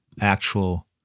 actual